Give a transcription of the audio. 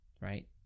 right